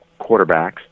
quarterbacks